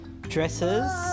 dresses